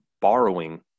borrowing